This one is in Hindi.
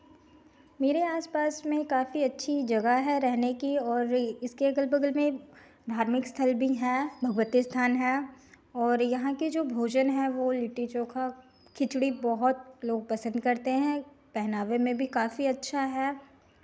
मेरे आसपास में काफी अच्छी जगह है रहने की और इसके अगल बगल में धार्मिक स्थल भी हैं भगवती स्थान है और यहाँ के जो भोजन है वो लिट्टी चोखा खिचड़ी बहुत लोग पसंद करते हैं पहनावे में भी काफी अच्छा है